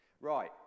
Right